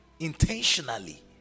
intentionally